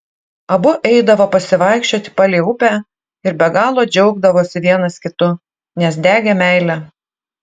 abu eidavo pasivaikščioti palei upę ir be galo džiaugdavosi vienas kitu nes degė meile